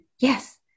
yes